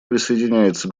присоединяется